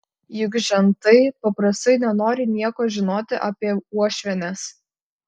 juk žentai paprastai nenori nieko žinoti apie uošvienes